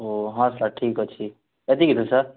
ଓ ହଁ ସାର୍ ଠିକ୍ ଅଛି ଏତିକି ତ ସାର୍